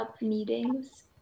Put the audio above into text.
meetings